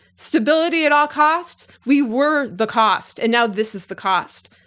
stability at all costs? we were the cost and now this is the cost.